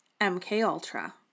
MKUltra